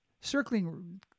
circling